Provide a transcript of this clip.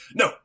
no